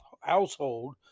household